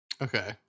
Okay